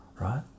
Right